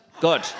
Good